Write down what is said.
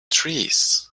trees